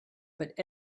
but